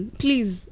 please